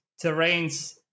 terrains